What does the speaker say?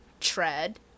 Tread